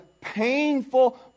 painful